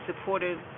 supportive